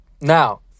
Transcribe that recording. Now